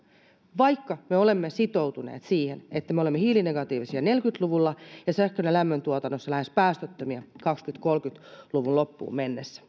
vaikka me olemme sitoutuneet siihen että me olemme hiilinegatiivisia neljäkymmentä luvulla ja sähkön ja lämmöntuotannossa lähes päästöttömiä kaksituhattakolmekymmentä luvun loppuun mennessä